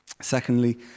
Secondly